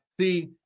See